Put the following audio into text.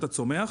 בחקיקה.